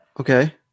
Okay